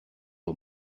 uhr